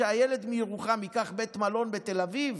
שהילד מירוחם ייקח בית מלון בתל אביב?